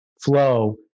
Flow